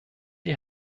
die